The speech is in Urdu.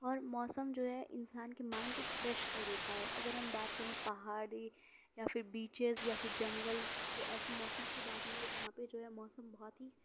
اور موسم جو ہے انسان کی مائنڈ کو فریش کر دیتا ہے اگر ہم بات کریں پہاڑی یا پھر بیچیز یا پھر جنگل کے ایسے موسم کے بارے میں جہاں جو ہے موسم بہت ہی